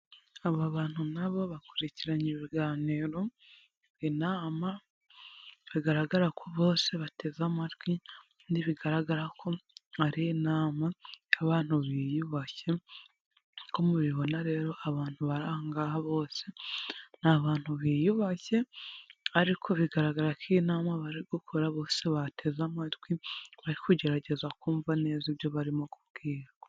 Aba bantu na bo bakurikiranye ibiganiro, inama, bigaragara ko bose bateze amatwi, kandi bigaragara ko hari inama y'abantu biyubashye. Nk'uko mubibona rero abantu bari angaha bose ni abantu biyubashye, ariko bigaragara ko iyi nama bari gukora bose bateze amatwi bari kugerageza kumva neza ibyo barimo kubwirwa.